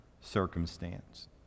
circumstance